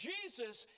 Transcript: Jesus